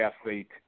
athlete